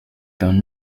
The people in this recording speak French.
donnent